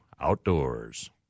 Outdoors